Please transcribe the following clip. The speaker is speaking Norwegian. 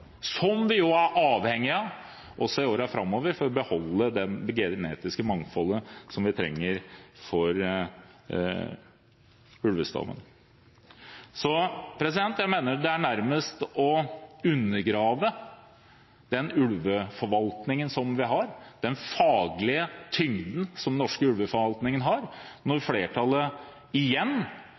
som vi jo er avhengig av også i årene framover for å beholde det genetiske mangfoldet vi trenger for ulvestammen. Jeg mener det nærmest er å undergrave ulveforvaltningen vi har, den faglige tyngden den norske ulveforvaltning har, når flertallet igjen